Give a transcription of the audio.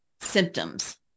symptoms